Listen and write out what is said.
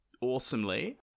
awesomely